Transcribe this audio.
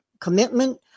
commitment